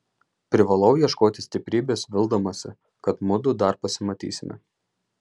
privalau ieškoti stiprybės vildamasi kad mudu dar pasimatysime